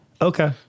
Okay